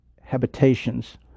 habitations